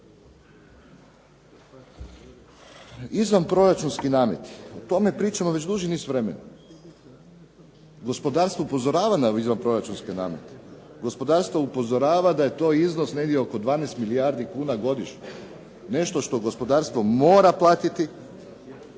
Izvanproračunski nameti. O tome pričamo već dužni niz vremena. Gospodarstvo upozorava na izvanproračunske namete. Gospodarstvo upozorava da je to iznos negdje oko 12 milijardi kuna godišnje. Nešto što gospodarstvo mora platiti